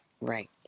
right